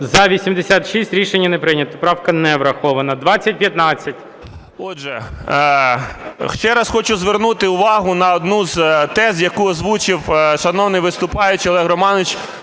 За-86 Рішення не прийнято. Правка не врахована. 2015. 11:49:47 НІКОЛАЄНКО А.І. Отже, ще раз хочу звернути увагу на одну з тез, яку озвучив шановний виступаючий Олег Романович